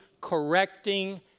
correcting